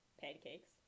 pancakes